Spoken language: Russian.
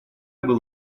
был